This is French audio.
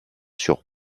sur